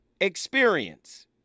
experience